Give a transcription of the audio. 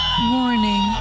Morning